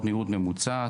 מהירות ממוצעת.